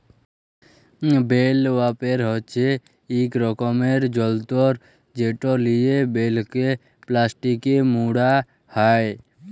bell wrapper হছে ইক রকমের যল্তর যেট লিয়ে বেলকে পেলাস্টিকে মুড়া হ্যয়